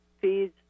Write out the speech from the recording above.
feeds